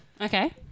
Okay